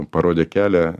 parodė kelią